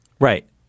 Right